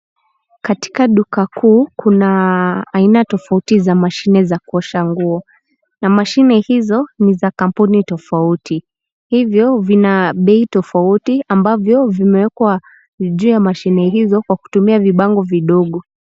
Katika duka kuu kuna aina tofauti za mashini za kuosha nguo na mashini hizo ni za kampuni tofauti ,hivyo vina bei tofauti ambavyo vimewekwa juu ya mashini hizo kwa kutumia vibango vidogo.